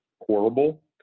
horrible